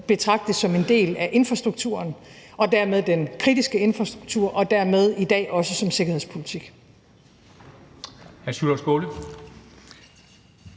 betragtes som en del af infrastrukturen og dermed den kritiske infrastruktur og dermed i dag også som sikkerhedspolitik.